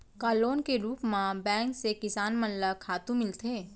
का लोन के रूप मा बैंक से किसान मन ला खातू मिलथे?